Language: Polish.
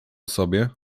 sobie